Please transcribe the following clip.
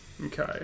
Okay